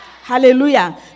Hallelujah